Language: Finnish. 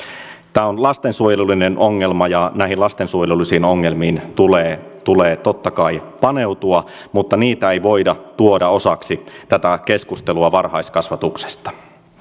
tämä on lastensuojelullinen ongelma ja näihin lastensuojelullisiin ongelmiin tulee tulee totta kai paneutua mutta niitä ei voida tuoda osaksi tätä keskustelua varhaiskasvatuksesta